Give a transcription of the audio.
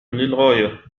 للغاية